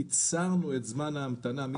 קיצרנו את זמן ההמתנה.